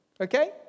okay